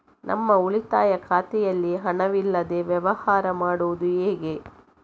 ನಮ್ಮ ಉಳಿತಾಯ ಖಾತೆಯಲ್ಲಿ ಹಣವಿಲ್ಲದೇ ವ್ಯವಹಾರ ಮಾಡುವುದು ಹೇಗೆ?